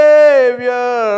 Savior